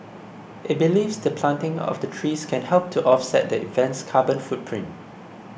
it believes the planting of the trees can help to offset the event's carbon footprint